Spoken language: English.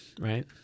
right